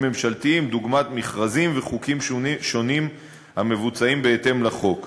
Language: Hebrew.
ממשלתיים דוגמת מכרזים וחוקים שונים המבוצעים בהתאם לחוק.